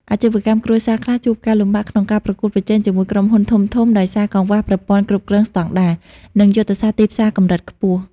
អាជីវកម្មគ្រួសារខ្លះជួបការលំបាកក្នុងការប្រកួតប្រជែងជាមួយក្រុមហ៊ុនធំៗ ដោយសារកង្វះប្រព័ន្ធគ្រប់គ្រងស្តង់ដារ និងយុទ្ធសាស្ត្រទីផ្សារកម្រិតខ្ពស់។